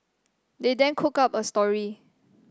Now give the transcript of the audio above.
they then cooked up a story